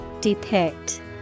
Depict